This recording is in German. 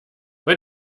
bei